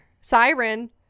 Siren